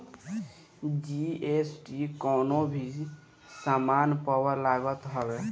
GST कवनो भी सामान पअ लागत हवे